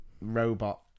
robot